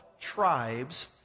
tribes